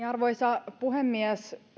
arvoisa puhemies